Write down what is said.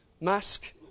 mask